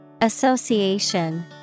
Association